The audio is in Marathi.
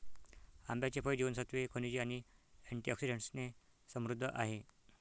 आंब्याचे फळ जीवनसत्त्वे, खनिजे आणि अँटिऑक्सिडंट्सने समृद्ध आहे